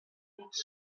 each